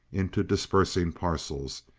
into dispersing parcels,